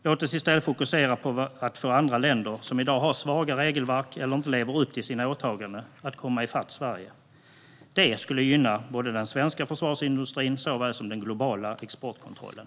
Låt oss i stället fokusera på att få andra länder, som i dag har svaga regelverk eller som inte lever upp till sina åtaganden, att komma ifatt Sverige. Det skulle gynna såväl den svenska försvarsindustrin som den globala exportkontrollen.